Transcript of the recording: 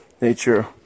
Nature